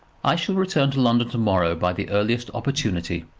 i shall return to london to-morrow by the earliest opportunity.